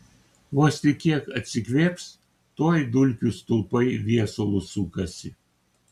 vos tik kiek atsikvėps tuoj dulkių stulpai viesulu sukasi